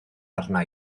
arna